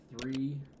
Three